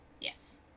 Yes